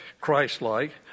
Christ-like